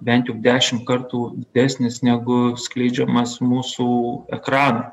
bent jau dešim kartų didesnis negu skleidžiamas mūsų ekrano